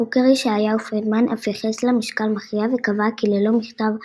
החוקר ישעיהו פרידמן אף ייחס לה משקל מכריע וקבע כי ללא מכתב קמבון,